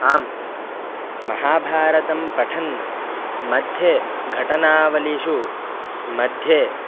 आं महाभारतं पठन् मध्ये घटनावलिषु मध्ये